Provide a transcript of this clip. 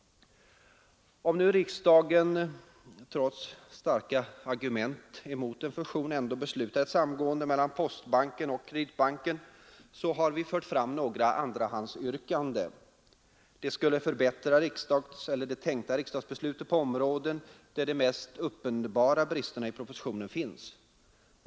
Om nu riksdagen trots starka argument mot en fusion ändå beslutar om ett samgående mellan postbanken och Kreditbanken, har vi fört fram några andrahandsyrkanden. De skulle förbättra riksdagsbeslutet på områden där de mest uppenbara bristerna i propositionen finns.